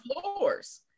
floors